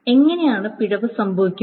എങ്ങിനെയാണ് പിഴവ് സംഭവിക്കുന്നത്